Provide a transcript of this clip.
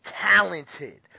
talented